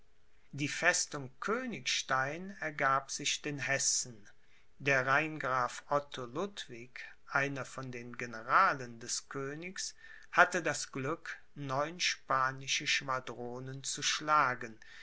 die festung königstein ergab sich den hessen der rheingraf otto ludwig einer von den generalen des königs hatte das glück neun spanische schwadronen zu schlagen